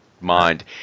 mind